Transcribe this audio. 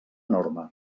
norma